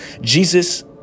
Jesus